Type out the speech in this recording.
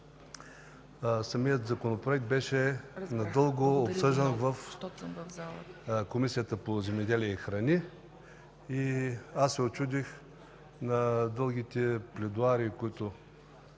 Самият Законопроект беше надълго обсъждан в Комисията по земеделието и храните. Учудих се на дългите пледоарии, които